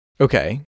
Okay